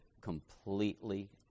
completely